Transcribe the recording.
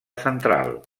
central